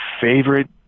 favorite